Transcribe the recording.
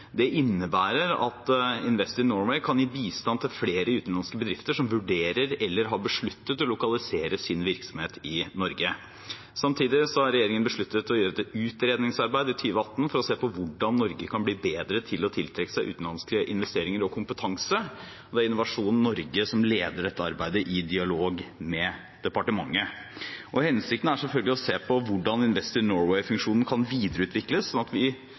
Det innebærer at Invest in Norway kan gi bistand til flere utenlandske bedrifter som vurderer, eller har besluttet, å lokalisere sin virksomhet til Norge. Samtidig har regjeringen besluttet å gjøre et utredningsarbeid i 2018 for å se på hvordan Norge kan bli bedre til å tiltrekke seg utenlandske investeringer og kompetanse. Det er Innovasjon Norge som leder dette arbeidet, i dialog med departementet. Hensikten er selvfølgelig å se på hvordan Invest in Norway-funksjonen kan videreutvikles, slik at vi